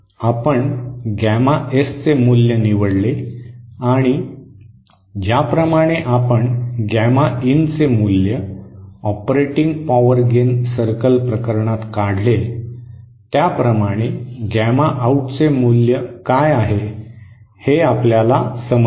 आपण गॅमा एसचे मूल्य निवडले आणि ज्याप्रमाणे आपण गॅमा इन चे मूल्य ऑपरेटिंग पॉवर गेन सर्कल प्रकरणात काढले त्याप्रमाणे गॅमा आऊटचे मूल्य काय आहे हे आपल्याला समजले